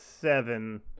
seven